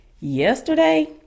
Yesterday